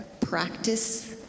practice